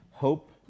Hope